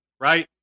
right